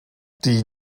die